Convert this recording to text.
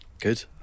good